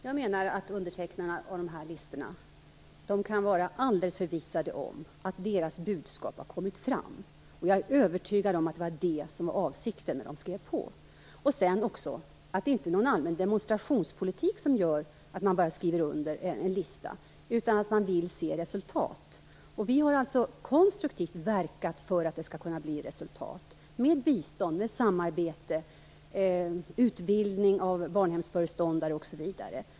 Fru talman! Undertecknarna kan vara alldeles förvissade om att deras budskap har kommit fram. Jag är övertygad om att det var detta som var avsikten med att skriva på listorna. Det är inte någon allmän demonstrationspolitik som gör att man skriver på en lista, utan man vill se resultat. Vi har konstruktivt verkat för att det skall kunna bli resultat genom bistånd, samarbete, utbildning av barnhemsföreståndare osv.